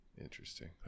Interesting